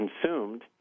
consumed